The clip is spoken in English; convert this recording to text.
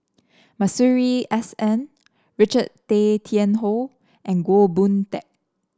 Masuri S N Richard Tay Tian Hoe and Goh Boon Teck